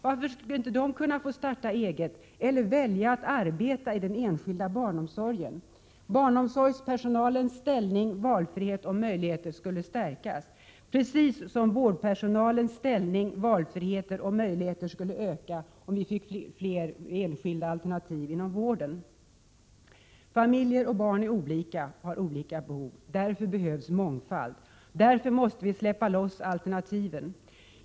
Varför skulle inte de kunna få starta eget eller välja att arbeta i den enskilda barnomsorgen? Barnomsorgspersonalens ställning, valfrihet och möjligheter skulle stärkas, precis som vårdpersonalens ställning, valfrihet och möjligheter skulle öka om vi fick fler enskilda alternativ inom vården. Familjer och barn är olika och har olika behov. Därför behövs mångfald. Därför måste vi släppa loss alternativen.